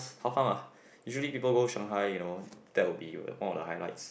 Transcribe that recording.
how come ah usually people go Shanghai you know that will be more of the highlights